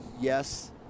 Yes